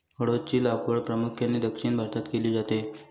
हळद ची लागवड प्रामुख्याने दक्षिण भारतात केली जाते